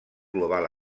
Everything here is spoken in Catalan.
global